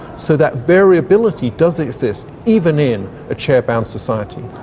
so that variability does exist even in a chair bound society.